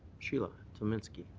sheila. tamynski.